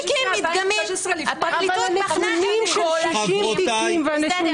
--- הנתונים של 60 תיקים והנתונים